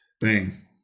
Bang